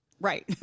Right